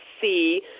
see